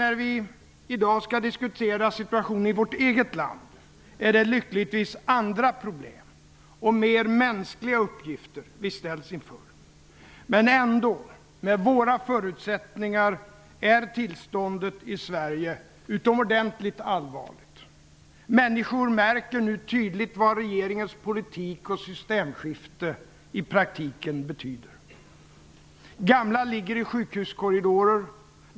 När vi i dag skall diskutera situationen i vårt eget land, är det lyckligtvis andra problem och mer mänskliga uppgifter vi ställs inför. Men ändå: Med våra förutsättningar är tillståndet i Sverige utomordentligt allvarligt. Människor märker nu tydligt vad regeringens politik och systemskifte betyder i praktiken. Gamla ligger i sjukhuskorridorer.